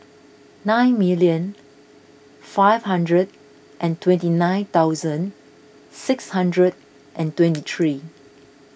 nine million five hundred and twenty nine thousand six hundred and twenty three